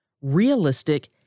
realistic